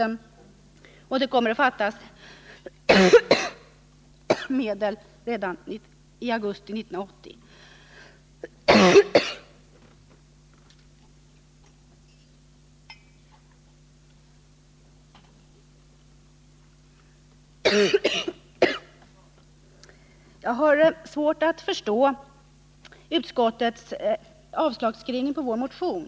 Med föreslagen medelsanvisning kommer samma ekonomiska situation att uppstå redan i augusti 1980. Jag har svårt att förstå utskottets motivering för avslag på vår motion.